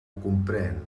comprén